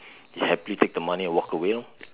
he happily take the money and walk away lor